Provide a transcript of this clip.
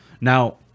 Now